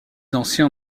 anciens